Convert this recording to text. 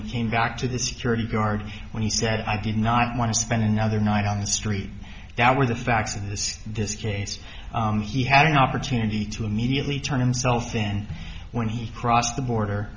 he came back to the security guard when he said i did not want to spend another night on the street that were the facts of this case he had an opportunity to immediately turn himself in when he crossed the border